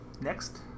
Next